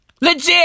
Legit